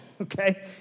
okay